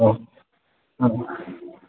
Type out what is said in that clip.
औ आं